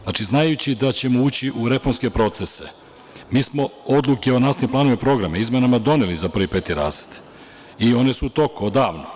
Znači, znajući da ćemo ući u reformske procese mi smo odluke o nastavnim planovima i programima izmenama doneli za prvi i peti razred i one su u toku odavno.